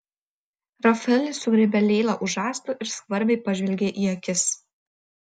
rafaelis sugriebė leilą už žastų ir skvarbiai pažvelgė į akis